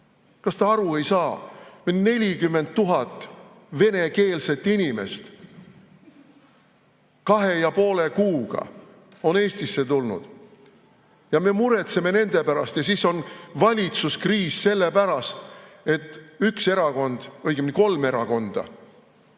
Kas te aru ei saa? 40 000 venekeelset inimest kahe ja poole kuuga on Eestisse tulnud ja me muretseme nende pärast. Ja siis on valitsuskriis sellepärast, et üks erakond, õigemini kolm erakonda